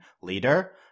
leader